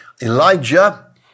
Elijah